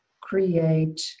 create